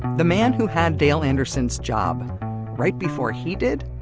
the man who had dale anderson's job right before he did,